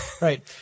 right